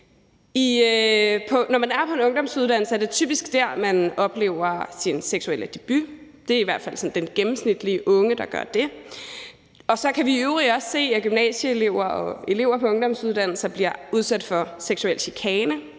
Når man er på en ungdomsuddannelse, er det typisk der, man oplever sin seksuelle debut – det er i hvert fald den sådan gennemsnitlige unge, der gør det. Så kan vi i øvrigt også se, at gymnasieelever og elever på ungdomsuddannelser bliver udsat for seksuel chikane